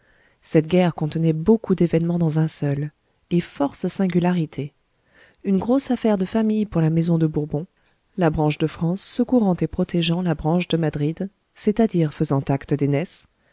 cette guerre contenait beaucoup d'événements dans un seul et force singularités une grosse affaire de famille pour la maison de bourbon la branche de france secourant et protégeant la branche de madrid c'est-à-dire faisant acte